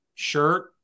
Shirt